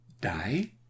die